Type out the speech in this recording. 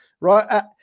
right